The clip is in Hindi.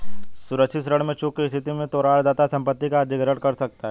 सुरक्षित ऋण में चूक की स्थिति में तोरण दाता संपत्ति का अधिग्रहण कर सकता है